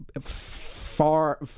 Far